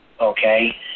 okay